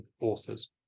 authors